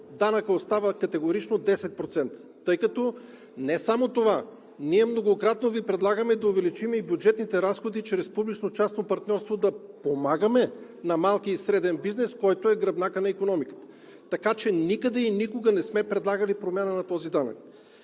данъкът остава категорично 10%, тъй като не само това, ние многократно Ви предлагаме да увеличим и бюджетните разходи чрез публично-частно партньорство, да помагаме на малкия и среден бизнес, който е гръбнакът на икономиката. Така че никъде и никога не сме предлагали промяна на този данък.